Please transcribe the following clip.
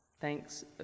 Thanks